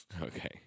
okay